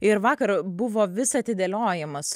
ir vakar buvo vis atidėliojamas